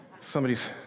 Somebody's